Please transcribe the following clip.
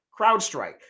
CrowdStrike